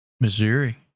Missouri